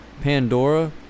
Pandora